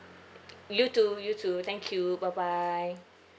you too you too thank you bye bye